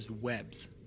webs